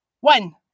One